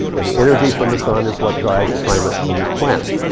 and the energy from the sun is what drives the climate on this planet.